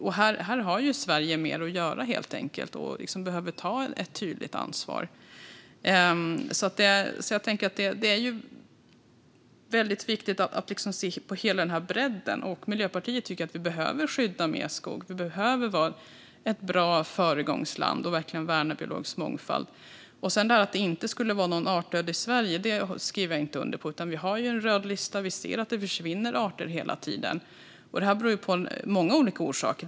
Här har Sverige mer att göra, helt enkelt, och vi behöver ta ett tydligt ansvar. Jag tänker att det är väldigt viktigt att se hela den här bredden. Miljöpartiet tycker att vi behöver skydda mer skog. Vi behöver vara ett föregångsland och verkligen värna biologisk mångfald. Att det inte skulle vara någon artdöd i Sverige, det skriver jag inte under på. Vi har en röd lista. Vi ser att det försvinner arter hela tiden. Det här beror på många olika saker.